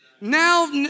Now